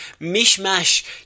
mishmash